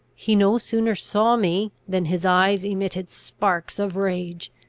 he no sooner saw me than his eyes emitted sparks of rage.